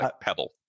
pebble